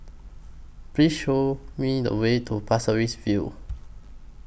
Please Show Me The Way to Pasir Ris View